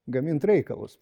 gamint reikalus